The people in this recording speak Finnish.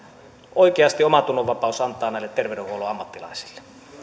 oikeasti omantunnonvapaus antaa näille terveydenhuollon ammattilaisille